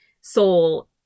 soul